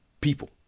people